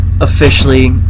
officially